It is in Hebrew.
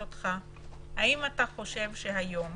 האם אתה חושב שהיום